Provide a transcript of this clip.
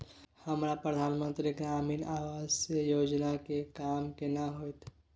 हमरा प्रधानमंत्री ग्रामीण आवास योजना के काम केना होतय?